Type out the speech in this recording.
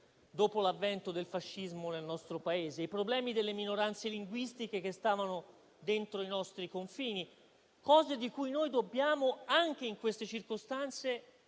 dopo l'avvento del fascismo nel nostro Paese, come i problemi delle minoranze linguistiche che stavano dentro i nostri confini. Sono cose di cui dobbiamo anche in queste circostanze